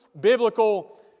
biblical